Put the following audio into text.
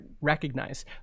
recognize